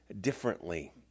differently